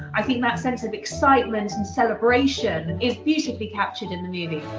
i think that sense of excitement and celebration is beautifully captured in the movie.